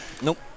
Nope